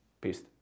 Peace